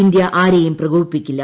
India ആരെയും പ്രകോപിപ്പിക്കില്ല